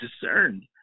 discerned